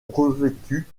revêtu